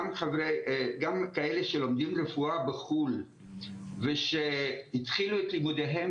גם כאלה שלומדים רפואה בחו"ל ושהתחילו את לימודיהם